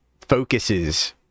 focuses